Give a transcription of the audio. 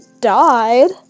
died